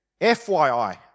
FYI